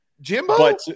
Jimbo